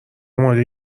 آماده